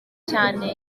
cyane